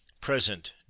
present